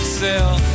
sell